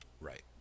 Right